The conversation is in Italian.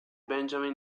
benjamin